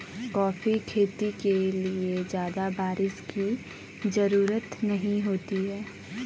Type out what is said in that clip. coffee खेती के लिए ज्यादा बाऱिश की जरूरत नहीं होती है